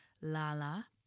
Lala